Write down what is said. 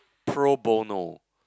Pro bono